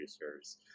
producers